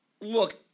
Look